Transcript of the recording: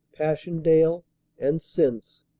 passchendaele and since,